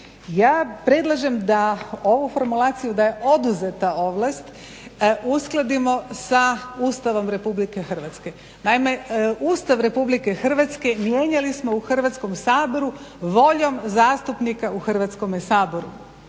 Ja predlažem ovu formulaciju da je oduzeta ovlast uskladimo sa Ustavom RH. Naime, Ustav RH mijenjali smo u Hrvatskom saboru voljom zastupnika u Hrvatskome saboru.